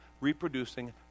reproducing